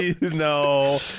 No